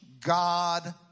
God